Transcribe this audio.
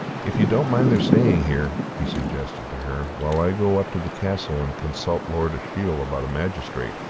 if you don't mind their staying here, he suggested to her, while i go up to the castle and consult lord ashiel about a magistrate,